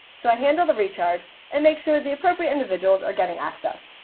so i handle the recharge and make sure the appropriate individuals are getting access.